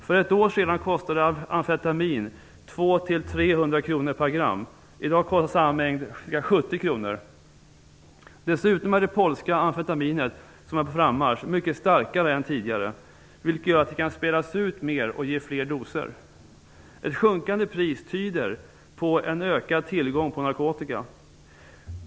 För ett år sedan kostade amfetamin 200-300 kronor per gram, i dag kostar samma mängd ca 70 kr. Dessutom är det polska amfetaminet, som är på frammarsch, mycket starkare än tidigare, vilket gör att det kan spädas ut mer och ge fler doser. Ett sjunkande pris tyder på en ökad tillgång på narkotika.